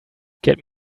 get